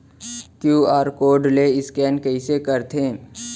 QR code ले scan कइसे करथे?